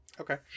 Okay